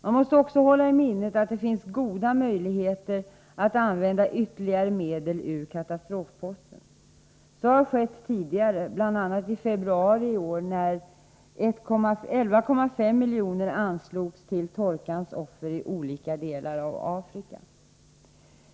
Man måste också hålla i minnet att det finns goda möjligheter att använda ytterligare medel ur katastrofposten. Så har skett tidigare, bl.a. i februari i år, då 11,5 milj.kr. anslogs till torkans offer i olika delar av Afrika.